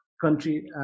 country